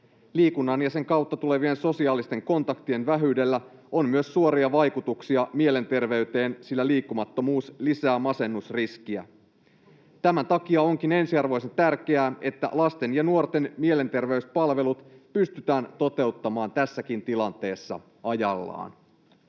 ja sen kautta tulevien sosiaalisten kontaktien vähyydellä on myös suoria vaikutuksia mielenterveyteen, sillä liikkumattomuus lisää masennusriskiä. Tämän takia onkin ensiarvoisen tärkeää, että lasten ja nuorten mielenterveyspalvelut pystytään toteuttamaan tässäkin tilanteessa ajallaan.